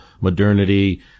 modernity